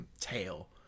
tail